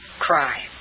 cry